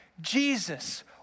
Jesus